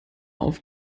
auf